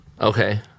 Okay